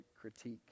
critique